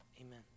Amen